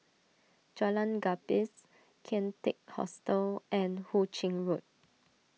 Jalan Gapis Kian Teck Hostel and Hu Ching Road